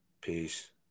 Peace